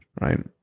Right